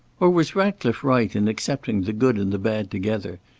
or was ratcliffe right in accepting the good and the bad together,